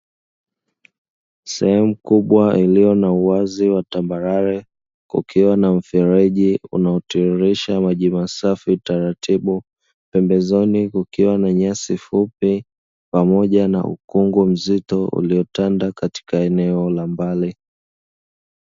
Sehemu kubwa iliyo na uwazi wa tambarare kukiwa na mfereji unaotiririsha maji masafi taratibu pembezoni kukiwa na nyasi fupi pamoja na ukungu mzito uliotanda katika eneo la mbali.